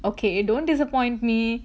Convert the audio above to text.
okay don't disappoint me